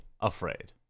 afraid